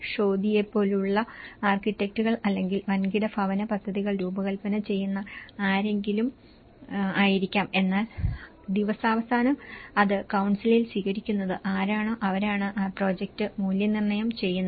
ദോഷിയെപ്പോലുള്ള ആർക്കിടെക്റ്റുകൾ അല്ലെങ്കിൽ വൻകിട ഭവന പദ്ധതികൾ രൂപകൽപന ചെയ്യുന്ന ആരെങ്കിലും ആയിരിക്കാം എന്നാൽ ദിവസാവസാനം അത് കൌൺസിലിൽ സ്വീകരിക്കുന്നത് ആരാണോ അവരാണ് ആ പ്രൊജക്റ്റ് മൂല്യനിർണ്ണയo ചെയ്യുന്നത്